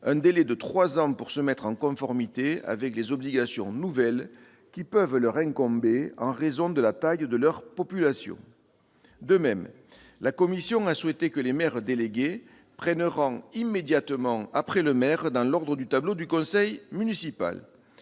un délai de trois ans pour se mettre en conformité avec les obligations nouvelles qui peuvent leur incomber en raison de la taille de leur population. De même, la commission a souhaité que les maires délégués prennent rang immédiatement après le maire dans l'ordre du tableau du conseil municipal.